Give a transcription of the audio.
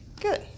Good